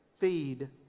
feed